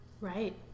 Right